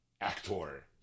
Actor